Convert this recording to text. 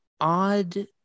odd